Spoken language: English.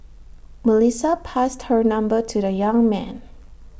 Melissa passed her number to the young man